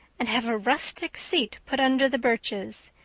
and have a rustic seat put under the birches.